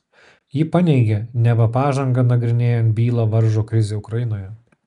ji paneigė neva pažangą nagrinėjant bylą varžo krizė ukrainoje